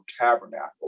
Tabernacle